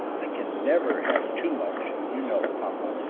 i can never have too much, you know, papa,